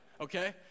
Okay